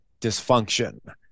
dysfunction